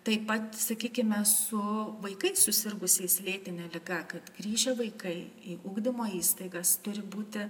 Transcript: taip pat sakykime su vaikais susirgusiais lėtine liga kad grįžę vaikai į ugdymo įstaigas turi būti